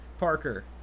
Parker